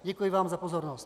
Děkuji vám za pozornost.